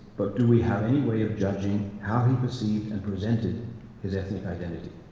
but do we have any way of judging how he perceived and presented his ethnic identity.